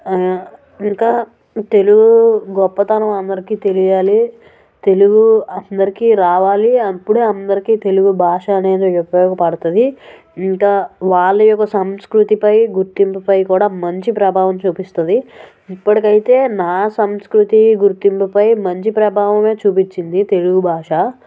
ఇంకా తెలుగు గొప్పతనం అందరికీ తెలియాలి తెలుగు అందరికి రావాలి అప్పుడే అందరికి తెలుగు భాష అనేది ఉపయోగపడుతుంది ఇంకా వాళ్ళ యొక్క సంస్కృతిపై గుర్తింపుపై కూడా మంచి ప్రభావం చూపిస్తుంది ఇప్పటికి అయితే నా సంస్కృతి గుర్తింపుపై మంచి ప్రభావమే చూపించింది తెలుగు భాష